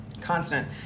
Constant